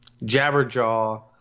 Jabberjaw